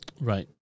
Right